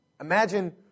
Imagine